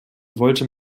wollte